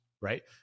right